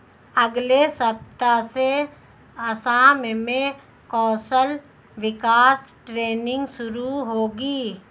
अगले सप्ताह से असम में कौशल विकास ट्रेनिंग शुरू होगी